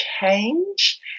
change